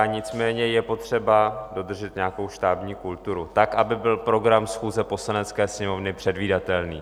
Nicméně je potřeba dodržet nějakou štábní kulturu tak, aby byl program schůze Poslanecké sněmovny předvídatelný.